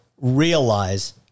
realize